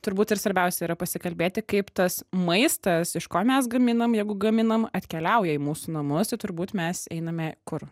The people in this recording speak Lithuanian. turbūt ir svarbiausia yra pasikalbėti kaip tas maistas iš ko mes gaminam jeigu gaminam atkeliauja į mūsų namus tai turbūt mes einame kur